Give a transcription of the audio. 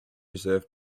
reserve